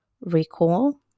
recall